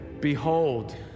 behold